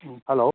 ꯎꯝ hello